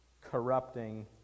corrupting